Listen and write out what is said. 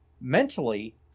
mentally